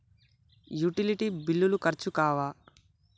Utility బిల్లులు ఖర్చు కావా?